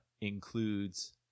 includes